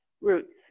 Roots